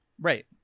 Right